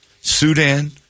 Sudan